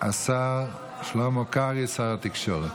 השר שלמה קרעי, שר התקשורת.